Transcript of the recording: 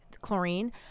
chlorine